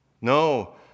No